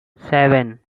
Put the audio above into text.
seven